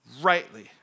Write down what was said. rightly